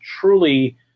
truly